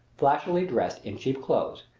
flashily dressed in cheap clothes,